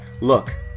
look